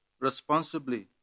responsibly